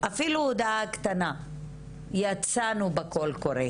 אפילו הודעה קטנה שיצאתם בקול הקורא.